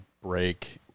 break